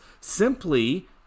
simply